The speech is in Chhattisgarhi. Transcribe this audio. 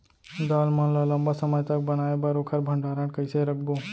दाल मन ल लम्बा समय तक बनाये बर ओखर भण्डारण कइसे रखबो?